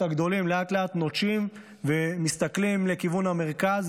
הגדולים לאט-לאט נוטשים ומסתכלים לכיוון המרכז,